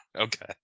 okay